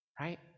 right